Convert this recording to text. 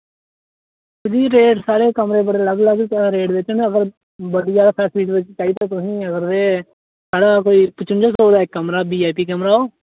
निं रेट सारे कमरे पर लग्ग लग्ग रेट बिच न अगर बधिया फैसिलिटी बिच चाहिदा तुसें अगर ते साढ़ा कोई पचुन्जा सौ दा इक कमरा वीआईपी कमरा ओ